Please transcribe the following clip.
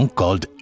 called